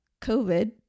COVID